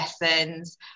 lessons